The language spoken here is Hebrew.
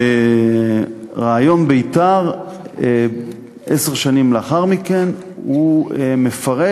ב"רעיון בית"ר", עשר שנים לאחר מכן, הוא מפרט